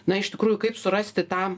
na iš tikrųjų kaip surasti tą